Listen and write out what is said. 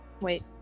Wait